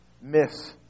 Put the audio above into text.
miss